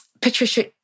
Patricia